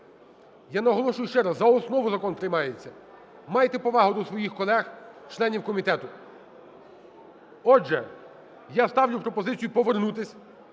Я наголошую ще раз, за основу закон приймається, майте повагу до своїх колег - членів комітету. Отже, я ставлю пропозицію повернутися